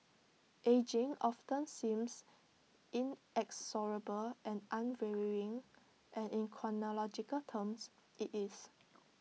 ageing often seems inexorable and unvarying and in chronological terms IT is